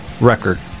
record